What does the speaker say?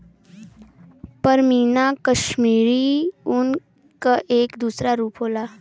पशमीना कशमीरी ऊन क एक दूसर रूप होला